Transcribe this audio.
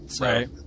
right